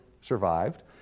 survived